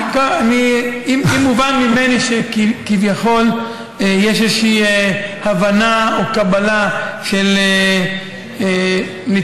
אם הובן ממני שכביכול יש איזושהי הבנה או קבלה של נטיעת